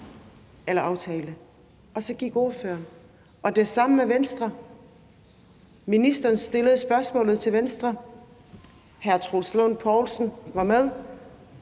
eller aftale. Og så gik ordføreren. Det samme gælder for Venstre. Ministeren stillede spørgsmålet til Venstre, hr. Troels Lund Poulsen var med,